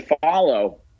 follow